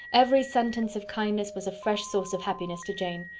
every sentence of kindness was a fresh source of happiness to jane.